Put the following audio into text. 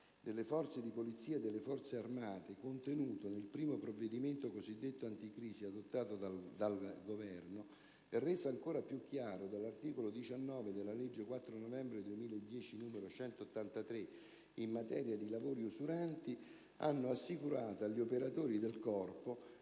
delle forze di polizia e delle Forze armate, contenuto nel primo provvedimento cosiddetto anticrisi adottato dal Governo e reso ancora più chiaro dall'articolo 19 della legge 4 novembre 2010, n. 183, in materia di lavori usuranti, hanno assicurato agli operatori del Corpo